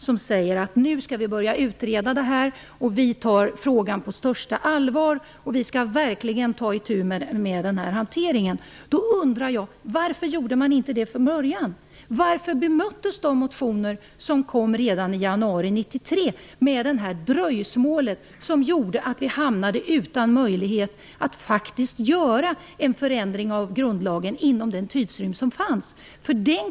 Man sade då att frågan skulle börja utredas, att den togs på största allvar och att man verkligen skulle ta itu med denna hantering. Då undrar jag: Varför gjorde man inte det från början? Varför bemöttes de motioner som väcktes redan i januari 1993 med detta dröjsmål som gjorde att man hamnade utanför möjligheten att genomföra en förändring av grundlagen inom den tidsrymd som fanns?